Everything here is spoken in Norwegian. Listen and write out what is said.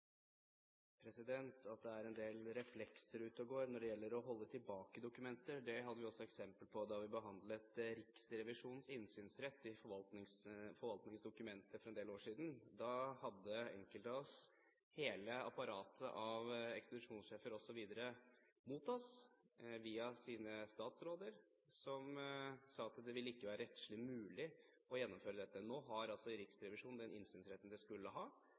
når det gjelder å holde tilbake dokumenter, hadde vi også eksempel på da vi behandlet Riksrevisjonens innsynsrett i forvaltningens dokumenter for en del år siden. Da hadde enkelte av oss hele apparatet av ekspedisjonssjefer osv. mot oss via deres statsråder som sa at det ikke ville være rettslig mulig å gjennomføre dette. Nå har Riksrevisjonen den innsynsretten den skulle ha,